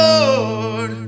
Lord